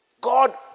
God